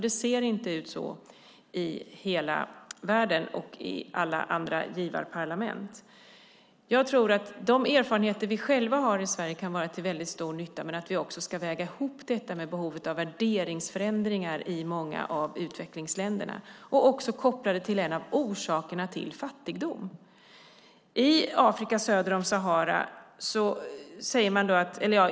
Det ser inte ut så i hela världen och i alla andra givarparlament. De erfarenheter vi själva har i Sverige kan vara till stor nytta, men vi ska väga ihop detta med behovet av värderingsförändringar i många av utvecklingsländerna. Vi ska också koppla detta till en av orsakerna till fattigdom.